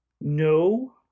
No